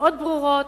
מאוד ברורות,